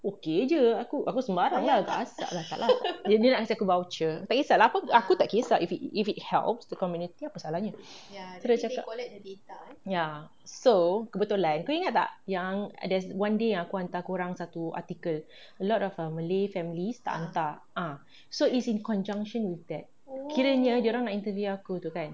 okay jer aku aku sembarang gasak lah tak lah dia nak kasi aku voucher tak kesah lah aku tak kesah if it if it helps the community apa salahnya then dia cakap ya so kebetulan kau ingat tak yang there's one day yang aku hantar korang satu article a lot of malay families tak hantar so it's on conjunction with that kiranya dorang nak interview aku tu kan